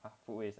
!huh! food waste